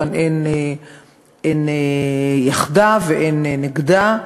כאן אין יחדה ואין נגדה,